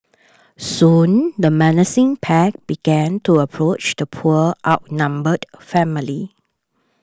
soon the menacing pack began to approach the poor outnumbered family